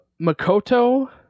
Makoto